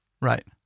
right